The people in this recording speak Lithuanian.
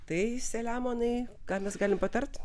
tai selemonai ką mes galim patart